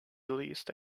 released